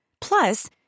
Plus